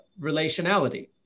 relationality